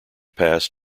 passed